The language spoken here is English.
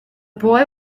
boy